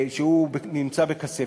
שהוא נמצא בכספת.